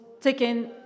taken